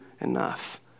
enough